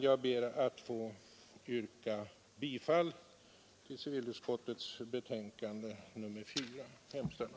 Jag ber att få yrka bifall till civilutskottets hemställan i dess betänkande nr 4.